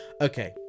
Okay